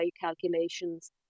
calculations